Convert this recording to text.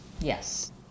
Yes